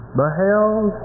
beheld